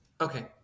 Okay